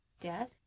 Death